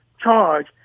charge